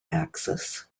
axis